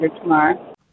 tomorrow